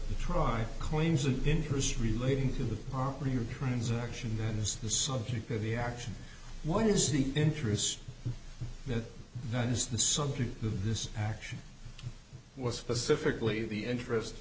the tribe claims an interest relating to the property or transaction that is the subject of the action what is the interest that that is the subject of this action was specifically the interest